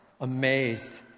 amazed